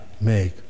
make